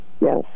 Yes